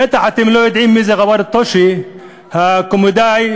בטח אתם לא יודעים מי זה ג'וואר א-טושה, הקומיקאי,